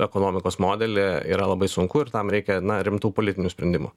ekonomikos modelį yra labai sunku ir tam reikia na rimtų politinių sprendimų